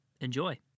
Enjoy